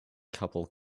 couple